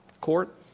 court